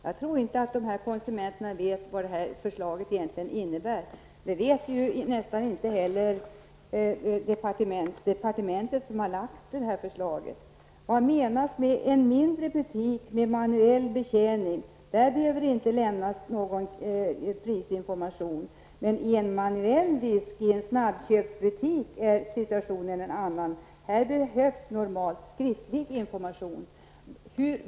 Jag tror inte att de vet vad förslaget egentligen innebär. Det vet ju knappast heller departementet som har lagt fram det. Vad menas med en mindre butik med manuell betjäning? Där behöver det inte lämnas någon prisinformation. Men i en manuell disk i en snabbköpsbutik är situationen en annan -- här behövs normalt skriftlig information!